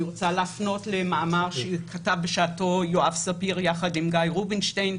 אני רוצה להפנות למאמר שכתב בשעתו יואב ספיר יחד עם גיא רובינשטיין,